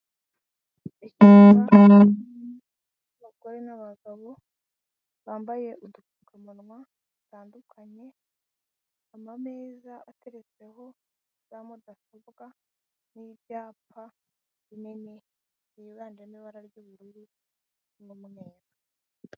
Icyapa kiriho abagore n'abagabo bambaye udupfungamunwa dutandukanye, ameza ateretseho za mudasobwa n'ibyapa binini byiganjemo ibara ry'ubururu n'umweru.